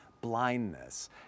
blindness